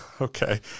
Okay